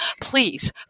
please